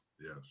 yes